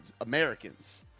Americans